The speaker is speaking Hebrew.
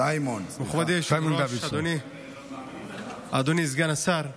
מכובדי היושב-ראש, אדוני סגן השר,